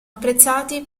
apprezzati